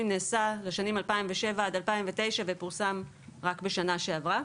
נעשה לשנים 2007 עד 2009 ופורסם רק בשנה שעברה.